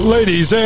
Ladies